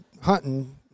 hunting